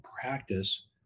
practice